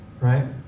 right